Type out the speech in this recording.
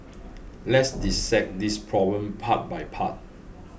let's dissect this problem part by part